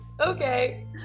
okay